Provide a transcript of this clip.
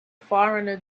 foreigner